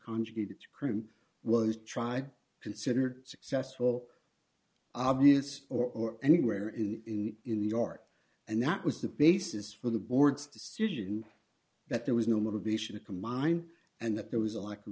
conjugated crim was tried considered successful obvious or anywhere in in the art and that was the basis for the board's decision that there was no motivation to combine and that there was a like a